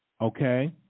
Okay